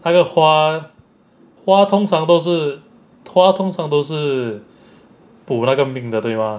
那个花花通常都是通常都是补那个命的对吗